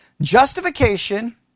Justification